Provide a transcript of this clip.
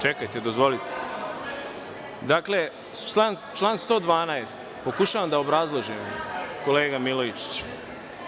Čekajte, dozvolite, član 112. pokušavam da obrazložim, kolega Milojičiću.